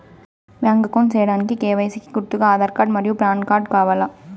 Bank account సేయడానికి KYC కి గుర్తుగా ఆధార్ కార్డ్ మరియు పాన్ కార్డ్ కావాలా?